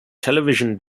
television